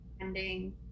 ending